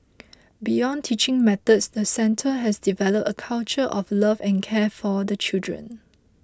beyond teaching methods the centre has developed a culture of love and care for the children